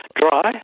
dry